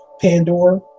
pandora